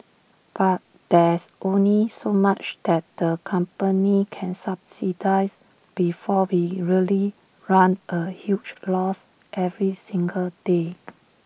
but there's only so much that the company can subsidise before we really run A huge loss every single day